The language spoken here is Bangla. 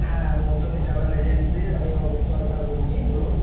হ্যাঁ মৌসুমি ট্রাভেল এজেন্সি আমি অমিত সরকার বলছি বলুন